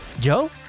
Joe